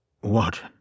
What